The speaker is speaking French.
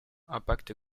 impact